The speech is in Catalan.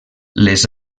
les